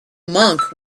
monk